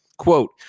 quote